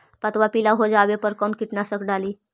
पतबा पिला हो जाबे पर कौन कीटनाशक डाली?